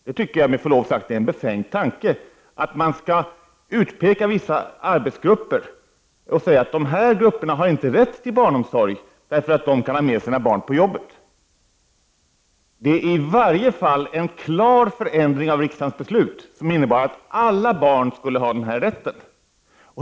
Jag tycker, med förlov sagt, att det är en befängd tanke att utpeka vissa grupper och säga att dessa grupper inte har rätt till barnomsorg, därför att de kan ha med sig sina barn till jobbet. Det är i varje fall en klar förändring av riksdagens beslut, som innebar att alla barn skulle ha denna rätt.